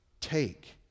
Take